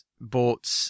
bought